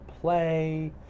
play